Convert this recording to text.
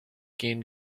gain